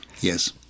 Yes